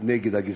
למלחמה בגזענות,